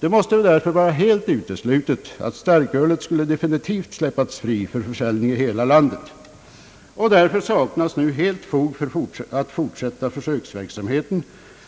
Det måste därför vara helt uteslutet att starkölet skulle definitivt släppas fritt till försäljning i hela landet, varför det nu helt saknas fog att fortsätta försöksverksamheten